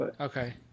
Okay